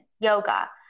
yoga